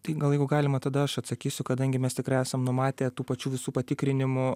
tai gal jeigu galima tada aš atsakysiu kadangi mes tikrai esam numatę tų pačių visų patikrinimų